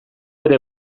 ere